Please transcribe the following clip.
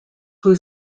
who